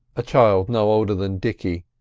a child no older than dicky,